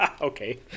okay